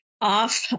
off